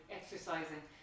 exercising